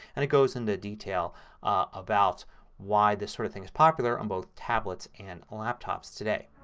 and it goes into detail about why this sort of thing is popular on both tablets and laptops today.